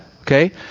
okay